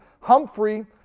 Humphrey